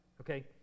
okay